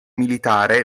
militare